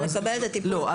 לא.